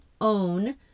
own